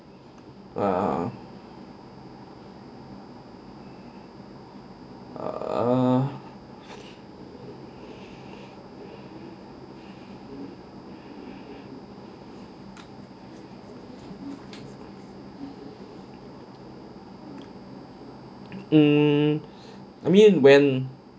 err err mm I mean when